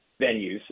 venues